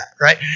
Right